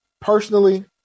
personally